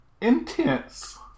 intense